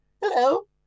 Hello